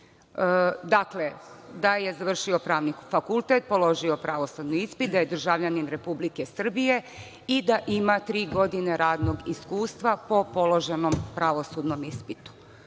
Dakle, da je završio pravni fakultet, položio pravosudni ispit, da je državljanin Republike Srbije i da ima tri godine radnog iskustva po položenom pravosudnom ispitu. Ono